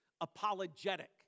apologetic